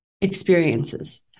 experiences